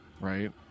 right